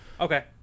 Okay